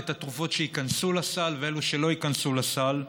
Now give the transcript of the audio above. את התרופות שייכנסו לסל ואלו שלא ייכנסו לסל.